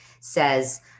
says